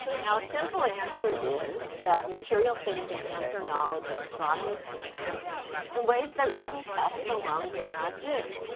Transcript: now a simple answer is that material things enhance our knowledge of astronomy's history in ways that written text alone cannot do.